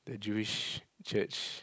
the Jewish church